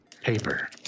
paper